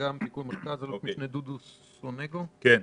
משנה דוד סונגו, בבקשה.